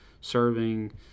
serving